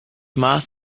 maß